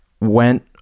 went